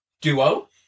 duo